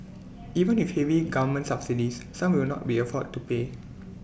even with heavy government subsidies some will not be afford to pay